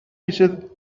beaches